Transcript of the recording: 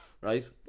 Right